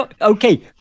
okay